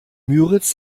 müritz